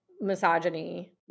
misogyny